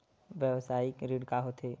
व्यवसायिक ऋण का होथे?